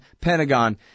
Pentagon